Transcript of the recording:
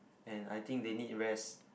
and I think they need rest